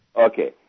Okay